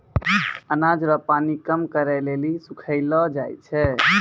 अनाज रो पानी कम करै लेली सुखैलो जाय छै